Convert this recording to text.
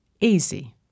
easy